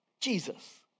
Jesus